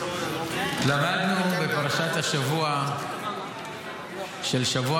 ------ למדנו בפרשת השבוע של השבוע